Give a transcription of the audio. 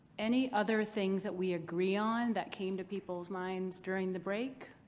any other things that we agree on that came to people's minds during the break?